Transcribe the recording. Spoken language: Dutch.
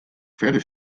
verder